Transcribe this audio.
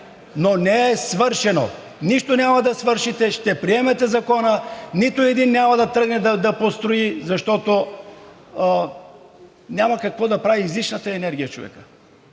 но не е свършено. Нищо няма да свършите. Ще приемете Закона и нито един няма да тръгне да строи, защото човекът няма какво да прави с излишната енергия. Няма.